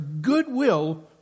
goodwill